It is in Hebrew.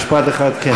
משפט אחד, כן.